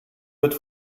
wird